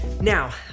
Now